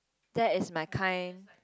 that is my kind